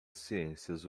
ciências